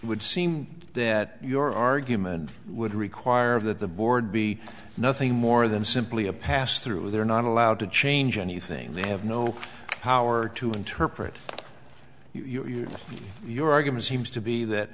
would seem that your argument would require of that the board be nothing more than simply a pass through they're not allowed to change anything they have no power to interpret you or your argument seems to be that